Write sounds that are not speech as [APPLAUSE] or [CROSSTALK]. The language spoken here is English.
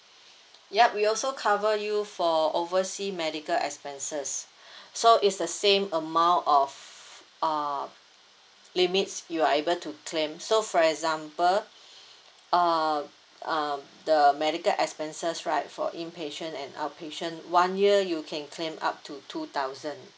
yup we also cover you for oversea medical expenses [BREATH] so is the same amount of uh limits you are able to claim so for example [BREATH] uh um the medical expenses right for inpatient and outpatient one year you can claim up to two thousand